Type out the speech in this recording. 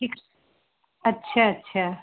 ठीक अच्छा अच्छा